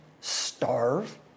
starve